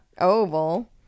oval